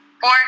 Four